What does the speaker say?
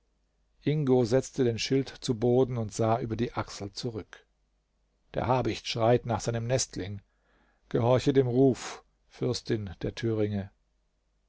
ingo setzte den schild zu boden und sah über die achsel zurück der habicht schreit nach seinem nestling gehorche dem ruf fürstin der thüringe